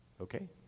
Okay